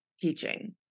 teaching